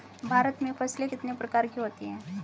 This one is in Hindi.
भारत में फसलें कितने प्रकार की होती हैं?